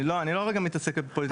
אני לא מתעסק עם פוליטיקה.